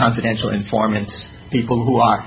confidential informants people who are